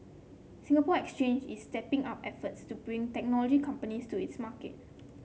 Singapore Exchange is stepping up efforts to bring technology companies to its market